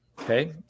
okay